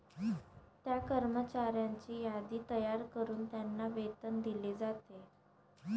त्या कर्मचाऱ्यांची यादी तयार करून त्यांना वेतन दिले जाते